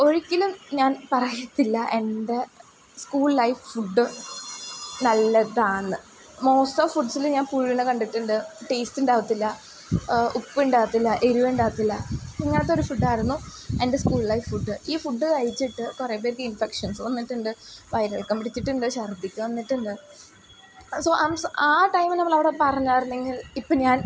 ഒരിക്കലും ഞാൻ പറയത്തില്ല എൻ്റെ സ്കൂൾ ലൈഫ് ഫുഡ് നല്ലതാണെന്ന് മോസ്റ്റ് ഓഫ് ഫുഡ്സിൽ ഞാൻ പുഴുവിനെ കണ്ടിട്ടുണ്ട് ടേസ്റ്റുണ്ടാവത്തില്ല ഉപ്പുണ്ടാകത്തില്ല എരിവുണ്ടാകത്തില്ല ഇങ്ങനത്തെയൊരു ഫുഡായിരുന്നു എൻ്റെ സ്കൂൾ ലൈഫ് ഫുഡ് ഈ ഫുഡ് കഴിച്ചിട്ട് കുറേ പേർക്ക് ഇൻഫെക്ഷൻസ് വന്നിട്ടുണ്ട് വയറിളക്കം പിടിച്ചിട്ടുണ്ട് ഛർദ്ദിക്കാൻ വന്നിട്ടുണ്ട് സോ ഐ ആം സോ ആ ടൈമിൽ നമ്മളവിടെ പറഞ്ഞിരുന്നെങ്കിൽ ഇപ്പോൾ ഞാൻ